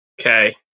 Okay